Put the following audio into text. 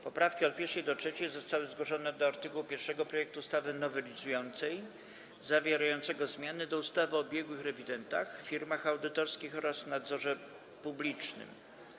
Poprawki od 1. do 3. zostały zgłoszone do art. 1 projektu ustawy nowelizującej zawierającego zmiany do ustawy o biegłych rewidentach, firmach audytorskich oraz nadzorze publicznym.